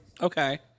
Okay